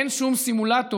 אין שום סימולטור,